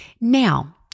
Now